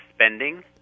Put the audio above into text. spending